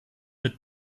mit